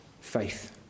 faith